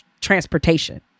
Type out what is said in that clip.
transportation